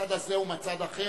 מהצד הזה או מהצד האחר,